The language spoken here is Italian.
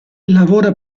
lavora